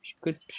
good